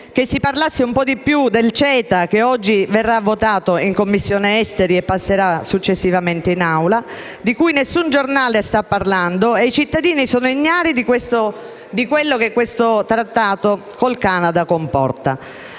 che si parlasse un po' di più del CETA, che oggi verrà esaminato in Commissione affari esteri e che passerà successivamente all'esame dell'Aula, di cui nessun giornale sta parlando; i cittadini sono ignari di quello che questo trattato con il Canada comporta.